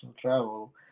travel